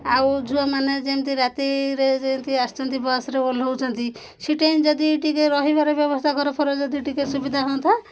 ଆଉ ଝୁଅମାନେ ଯେମିତି ରାତିରେ ଯେମିତି ଆସୁଛନ୍ତି ବସ୍ରେ ଓହ୍ଲଉଛନ୍ତି ସେଇ ଟାଇମ୍ ଯଦି ଟିକେ ରହିବାରେ ବ୍ୟବସ୍ଥା ଘରଫର ଯଦି ଟିକେ ସୁବିଧା ହୁଅନ୍ତା